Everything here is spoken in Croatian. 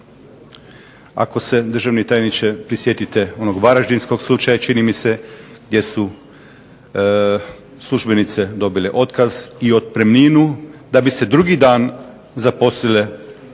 Ako se državni tajniče prisjetite onog varaždinskog slučaja čini mi se gdje su službenice dobile otkaz i otpremninu, da bi se drugi dan zaposlile,